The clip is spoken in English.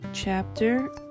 chapter